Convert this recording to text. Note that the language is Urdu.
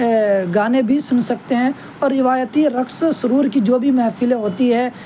گانے بھی سن سکتے ہیں اور روایتی رقص و سرور كی جو بھی محفلیں ہوتی ہیں